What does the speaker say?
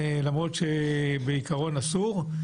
למרות שבעיקרון אסור.